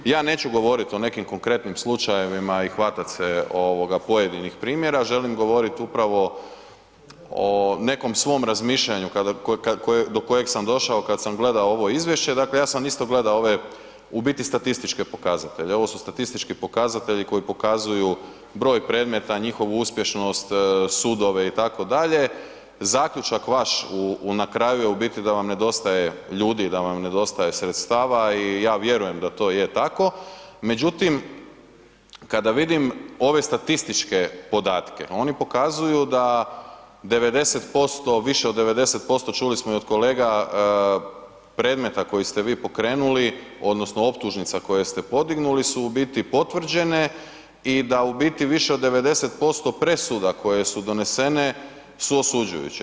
Ja neću govorit o nekim konkretnim slučajevima i hvatat se ovoga pojedinih primjera, želim govorit upravo o nekom svom razmišljanju do kojeg sam došao kad sam gledao ovo izvješće, dakle ja sam isto gledao ove u biti statističke pokazatelje, ovo su statistički pokazatelji koji pokazuju broj predmeta, njihovu uspješnost, sudove itd., zaključak vaš na kraju je u biti da vam nedostaje ljudi, da vam nedostaje sredstava i ja vjerujem da to je tako, međutim kada vidim ove statističke podatke, oni pokazuju da 90%, više od 90%, čuli smo i od kolega, predmeta koje ste vi pokrenuli odnosno optužnica koje ste podignuli su u biti potvrđene i da u biti više od 90% presuda koje su donesene su osuđujuće.